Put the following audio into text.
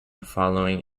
following